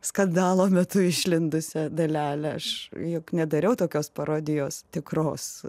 skandalo metu išlindusią dalelę aš juk nedariau tokios parodijos tikros